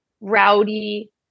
rowdy